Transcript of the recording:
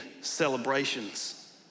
celebrations